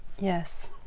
yes